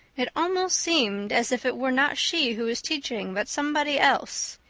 it almost seemed as if it were not she who was teaching but somebody else.